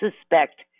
suspect